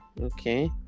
okay